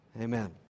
Amen